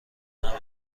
همه